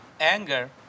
anger